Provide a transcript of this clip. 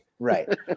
Right